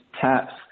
TAPs